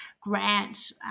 grant